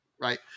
right